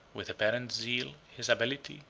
with apparent zeal, his ability,